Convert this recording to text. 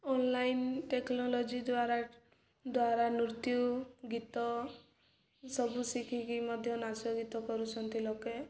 online technology ଦ୍ୱାରା ଦ୍ୱାରା ନୃତ୍ୟ ଗୀତ ସବୁ ଶିଖିକି ମଧ୍ୟ ନାଚ ଗୀତ କରୁଛନ୍ତି ଲୋକେ